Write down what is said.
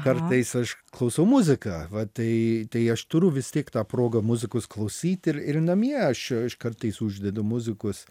kartais aš klausau muziką va tai tai aš turiu vis tiek tą progą muzikos klausyt ir ir namie aš aš kartais uždedu muzikos